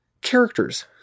characters